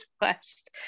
west